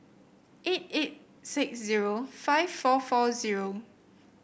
eight eight six zero five four four zero